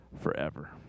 forever